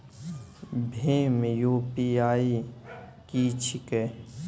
भीम UPI की छीके?